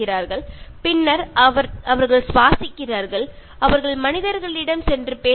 കാരണം ചെടികളും ശ്വസിക്കാറും വളരാറും ഒക്കെയുണ്ടല്ലോ